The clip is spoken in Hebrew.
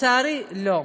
לצערי לא.